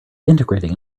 integrating